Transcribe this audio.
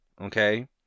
okay